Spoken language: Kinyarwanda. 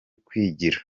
kwigira